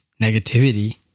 negativity